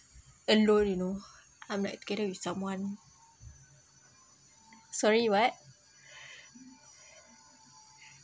alone you know I'm like together with someone sorry what